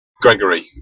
Gregory